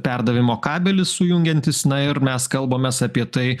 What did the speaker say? perdavimo kabelis sujungiantis na ir mes kalbamės apie tai